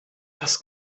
das